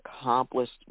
accomplished